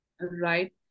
right